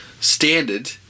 standard